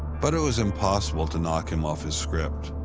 but it was impossible to knock him off his script.